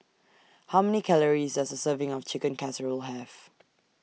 How Many Calories Does A Serving of Chicken Casserole Have